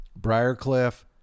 Briarcliff